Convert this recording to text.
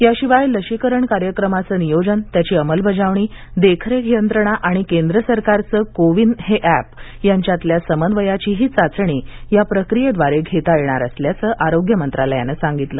याशिवाय लशीकरण कार्यक्रमांचं नियोजन त्याची अंमलबजावणी देखरेख यंत्रणा आणि केंद्र सरकारचं को विन हे अॅप यांच्यातल्या समन्वयाचीही चाचणी या प्रक्रियेद्वारे घेता येणार असल्याचं आरोग्य मंत्रालयानं सांगितलं